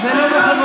זה לא מכובד.